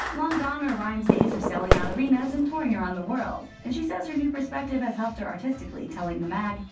long gone are rimes' days of selling out arenas and touring around the world. and she says her new perspective has helped her artistically, telling the mag,